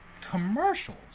commercials